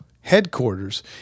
headquarters